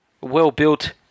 well-built